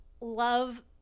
love